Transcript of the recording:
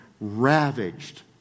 ravaged